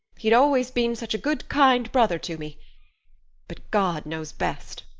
he'd always been such a good, kind brother to me but god knows best.